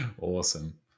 Awesome